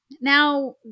now